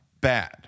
bad